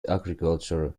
agriculture